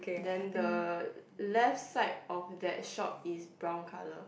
then the left side of that shop is brown color